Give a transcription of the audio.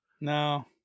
No